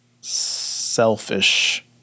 selfish